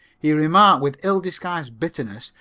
he remarked, with ill-disguised bitterness,